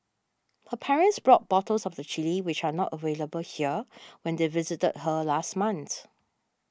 her parents brought bottles of the chilli which are not available here when they visited her last month